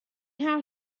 how